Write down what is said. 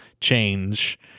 change